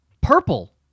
purple